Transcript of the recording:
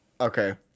Okay